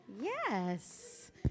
Yes